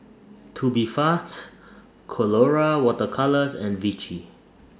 Tubifast Colora Water Colours and Vichy